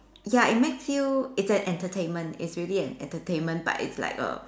ya it makes you it's an entertainment it's really an entertainment but it's like a